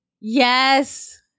yes